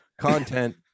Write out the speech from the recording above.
content